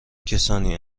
کسانی